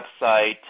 website